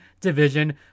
division